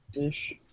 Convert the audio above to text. Ish